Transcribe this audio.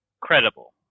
credible